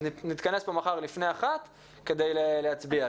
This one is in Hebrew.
נתכנס פה מחר לפני השעה 13:00 כדי להצביע על זה.